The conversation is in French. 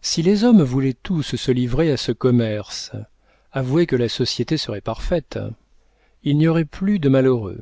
si les hommes voulaient tous se livrer à ce commerce avouez que la société serait parfaite il n'y aurait plus de malheureux